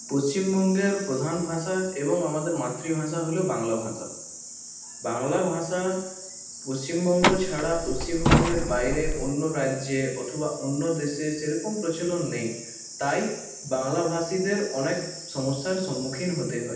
পশ্চিমবঙ্গের প্রধান ভাষা এবং আমাদের মাতৃভাষা হল বাংলা ভাষা বাংলা ভাষা পশ্চিমবঙ্গ ছাড়া পশ্চিমবঙ্গের বাইরে অন্য রাজ্যে অথবা অন্য দেশে সেইরকম প্রচলন নেই তাই বাংলাভাষীদের অনেক সমস্যার সম্মুখীন হতে হয়